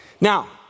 Now